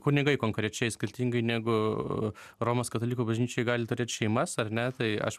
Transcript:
kunigai konkrečiai skirtingai negu romos katalikų bažnyčioj gali turėt šeimas ar ne tai aš